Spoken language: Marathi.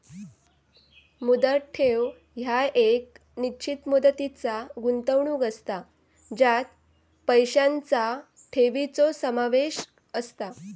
मुदत ठेव ह्या एक निश्चित मुदतीचा गुंतवणूक असता ज्यात पैशांचा ठेवीचो समावेश असता